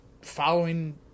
following